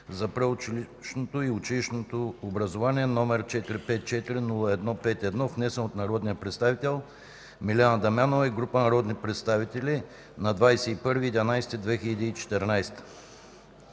за предучилищното и училищното образование, № 454-01-51, внесен от народния представител Милена Дамянова и група народни представители на 21